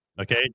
Okay